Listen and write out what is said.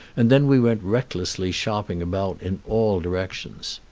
and then we went recklessly shopping about in all directions.